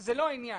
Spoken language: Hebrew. זה לא העניין.